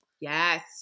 Yes